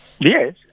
Yes